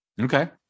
Okay